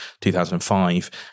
2005